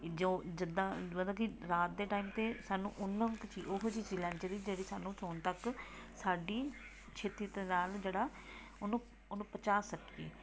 ਜੋ ਜਿੱਦਾਂ ਮਤਲਬ ਕਿ ਰਾਤ ਦੇ ਟਾਈਮ 'ਤੇ ਸਾਨੂੰ ਉੱਨਾਂ ਕ ਚੀ ਉਹੋ ਜਿਹੀ ਚੀਜ਼ ਲੈਣੀ ਚਾਹੀਦੀ ਜਿਹੜੀ ਸਾਨੂੰ ਸੌਣ ਤੱਕ ਸਾਡੀ ਛੇਤੀ ਦੇ ਨਾਲ ਜਿਹੜਾ ਉਹਨੂੰ ਉਹਨੂੰ ਪਚਾ ਸਕੀਏ